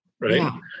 right